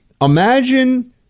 Imagine